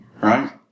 right